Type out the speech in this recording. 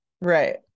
Right